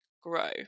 grow